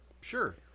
sure